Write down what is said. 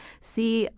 see